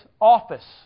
office